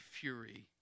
fury